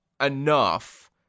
enough